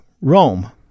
Rome